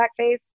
blackface